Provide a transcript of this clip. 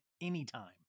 anytime